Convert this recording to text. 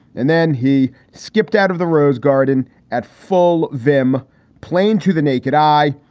and then he skipped out of the rose garden at full vim plain to the naked eye.